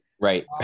right